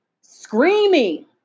screaming